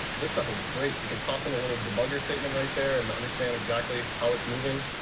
this stuff is great. you can toss in a little debugger statement right there and understand exactly how it's moving.